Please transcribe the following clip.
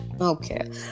Okay